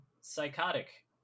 psychotic